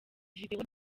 video